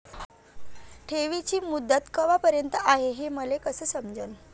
ठेवीची मुदत कवापर्यंत हाय हे मले कस समजन?